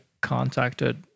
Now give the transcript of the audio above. contacted